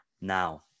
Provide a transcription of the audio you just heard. Now